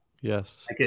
Yes